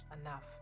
enough